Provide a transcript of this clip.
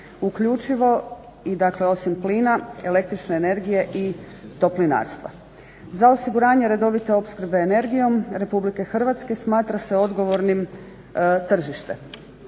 uključivo dakle osim plina, električne energije i toplinarstva. Za osiguranje redovite opskrbe energijom Republike Hrvatske smatra se odgovornim tržište.